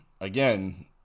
again